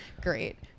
Great